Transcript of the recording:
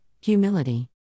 humility